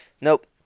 nope